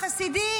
החסידים,